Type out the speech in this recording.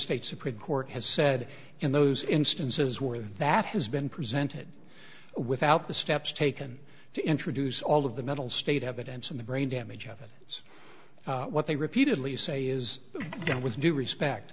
states supreme court has said in those instances where that has been presented without the steps taken to introduce all of the mental state evidence of the brain damage of it it's what they repeatedly say is going with due respect